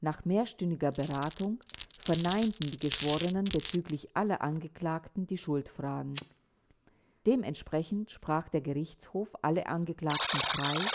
nach mehrstündiger beratung verneinten die geschworenen bezüglich aller angeklagten die schuldfragen dementsprechend sprach der gerichtshof alle angeklagten frei